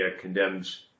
condemns